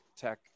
tech